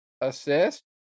assist